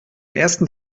ersten